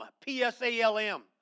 P-S-A-L-M